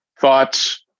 thoughts